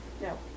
No